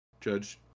Judge